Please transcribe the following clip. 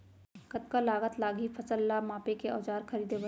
कतका लागत लागही फसल ला मापे के औज़ार खरीदे बर?